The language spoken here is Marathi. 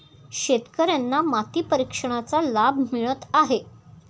शेतकर्यांना माती परीक्षणाचा लाभ मिळत आहे